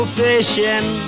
fishing